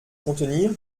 contenir